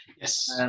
Yes